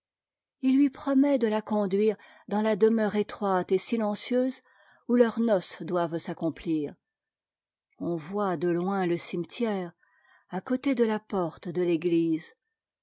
il lui promet de la conduire dans la demeure étroite et silencieuse où leurs noces doivent s'accomplir on voit de loin le cimetière à côté de la porte de église